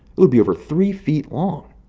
it would be over three feet long!